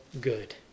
good